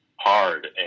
hard